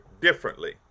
differently